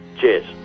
Cheers